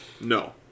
No